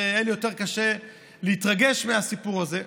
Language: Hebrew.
היה לי יותר קשה להתרגש מהסיפור הזה,